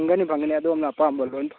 ꯐꯪꯒꯅꯤ ꯐꯪꯒꯅꯤ ꯑꯗꯣꯝꯅ ꯑꯄꯥꯝꯕ ꯂꯣꯏ